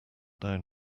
down